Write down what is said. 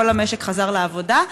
כל המשק חזר לעבודה.